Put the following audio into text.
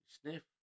sniff